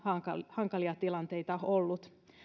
hankalia tilanteita ollut